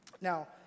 Now